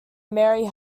mary